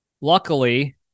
luckily